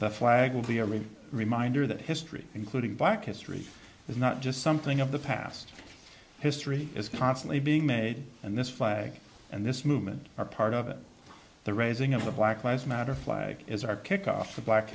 the flag will be a reminder that history including black history is not just something of the past history is constantly being made and this flag and this movement are part of the raising of the black lives matter flag is our kickoff for black